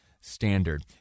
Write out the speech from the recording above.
standard